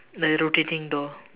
like a rotating door